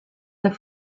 der